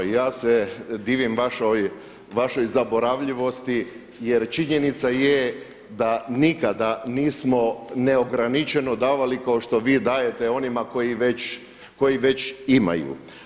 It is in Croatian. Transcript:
I ja se divim vašoj zaboravljivosti, jer činjenica je da nikada nismo neograničeno davali kao što vi dajete onima koji već imaju.